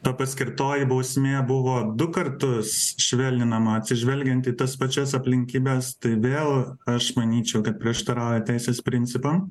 ta paskirtoji bausmė buvo du kartus švelninama atsižvelgiant į tas pačias aplinkybes tai vėl aš manyčiau kad prieštarauja teisės principam